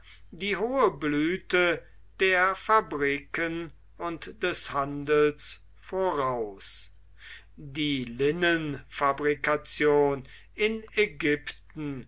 die hohe blüte der fabriken und des handels voraus die linnenfabrikation in ägypten